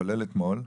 כולל אתמול,